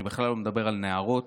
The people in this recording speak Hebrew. אני בכלל לא מדבר על נהרות,